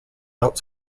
out